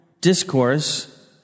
discourse